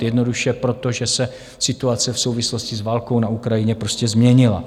Jednoduše proto, že se situace v souvislosti s válkou na Ukrajině prostě změnila.